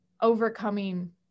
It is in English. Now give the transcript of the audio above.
overcoming